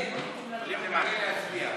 עולה להצביע.